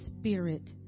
Spirit